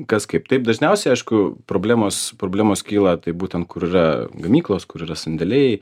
kas kaip taip dažniausiai aišku problemos problemos kyla tai būtent kur yra gamyklos kur yra sandėliai